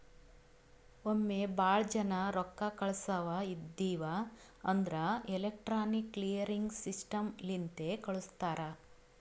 ಒಮ್ಮೆ ಭಾಳ ಜನಾ ರೊಕ್ಕಾ ಕಳ್ಸವ್ ಇದ್ಧಿವ್ ಅಂದುರ್ ಎಲೆಕ್ಟ್ರಾನಿಕ್ ಕ್ಲಿಯರಿಂಗ್ ಸಿಸ್ಟಮ್ ಲಿಂತೆ ಕಳುಸ್ತಾರ್